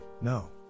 no